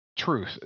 Truth